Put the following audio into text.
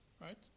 right